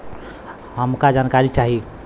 हमका जानकारी चाही?